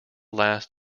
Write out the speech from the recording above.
last